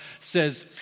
says